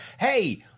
hey